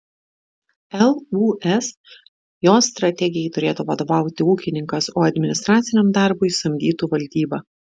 lūs jos strategijai turėtų vadovauti ūkininkas o administraciniam darbui samdytų valdybą